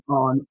on